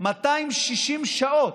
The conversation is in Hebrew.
260 שעות,